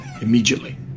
immediately